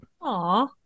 Aw